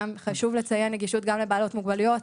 נגישות גם לבעלות מוגבלויות,